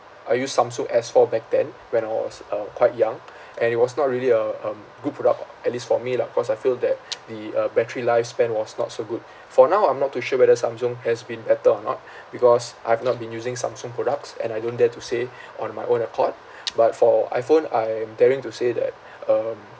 I used samsung s four back then when I was uh quite young and it was not really a um good product at least for me lah cause I feel that the uh battery lifespan was not so good for now I'm not too sure whether samsung has been better or not because I've not been using samsung products and I don't dare to say on my own accord but for iphone I am daring to say that um